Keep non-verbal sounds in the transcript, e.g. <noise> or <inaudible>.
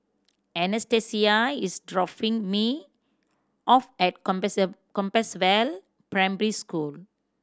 Anastasia is dropping me off at <unintelligible> Compassvale Primary School